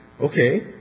Okay